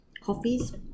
coffees